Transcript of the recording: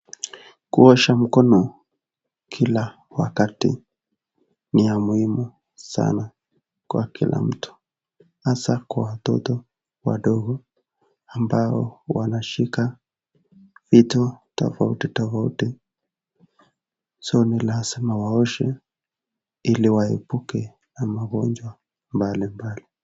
Kuosha mkono kila wakati ni ya muhimu sana kwa kila mtu hasa kwa watoto wadogo ambao wanashika vitu tofauti tofauti, so ni lazima waoshe ili waepuke na magonjwa mbali mbali.